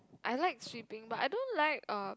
I like sweeping but I don't like um